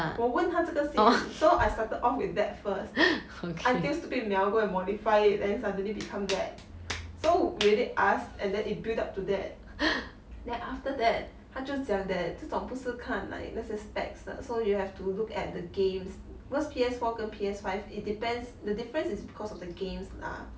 我问他这个先 so I started off with that first until stupid mel go and modify it then suddenly become that so we did ask and then it build up to that then after that 他就讲 that 这种不是看 like 那些 specs 的 so you have to look at the games because P_S four 跟 P_S five it depends the difference is because of the games lah